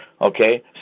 okay